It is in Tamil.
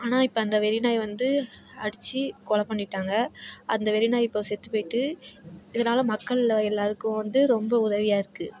ஆனால் இப்போ அந்த வெறி நாய் வந்து அடிச்சு கொலைப் பண்ணிட்டாங்கள் அந்த வெறி நாய் இப்போ செத்துப் போய்ட்டு இதனால் மக்கள் எல்லாருக்கும் வந்து ரொம்ப உதவியாக இருக்கும்